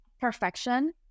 perfection